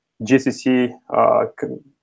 GCC